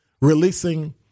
releasing